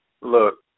Look